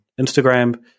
Instagram